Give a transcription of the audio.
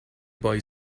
boy